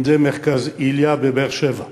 אם זה מרכז אלי"ע בבאר-שבע,